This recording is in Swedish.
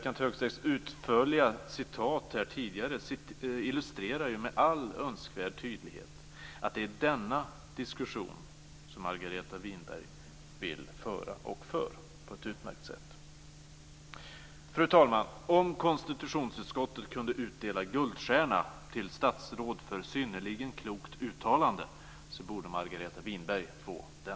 Kenth Högströms utförliga citat tidigare illustrerar med all önskvärd tydlighet att det är denna diskussion som Margareta Winberg vill föra och för på ett utmärkt sätt. Fru talman! Om konstitutionsutskottet kunde utdela guldstjärna till statsråd för synnerligen klokt uttalande borde Margareta Winberg få den.